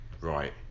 Right